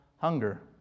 hunger